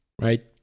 right